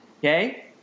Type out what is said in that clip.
Okay